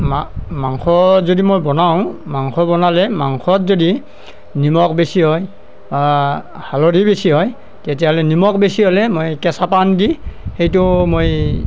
মা মাংস যদি মই বনাওঁ মাংস বনালে মাংসত যদি নিমখ বেছি হয় হালধি বেছি হয় তেতিয়াহ'লে নিমখ বেছি হ'লে মই কেঁচা পান দি সেইটো মই